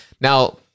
Now